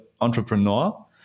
entrepreneur